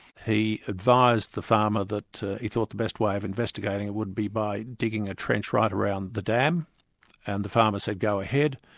he advised the farmer that he thought the best way of investigating it would be by digging a trench right around the dam and the farmer said, go ahead.